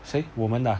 谁我们的啊